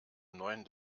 neuen